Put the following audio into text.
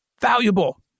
valuable